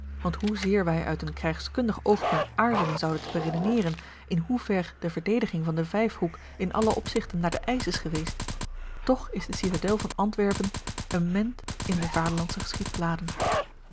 want hoezeer wij uit een krijgskundig oogpunt aarzelen zouden te beredeneren in hoe ver de verdediging van de vijf hoek in alle opzigten naar den eisch is geweest toch is de citadel van antwerpen een ment in de